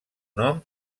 nom